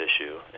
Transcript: issue